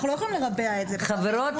חברות,